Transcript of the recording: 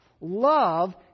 Love